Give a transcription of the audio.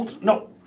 no